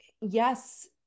yes